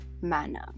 manner